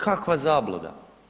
Kakva zabluda.